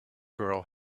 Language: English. girl